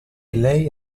lei